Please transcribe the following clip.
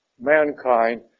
mankind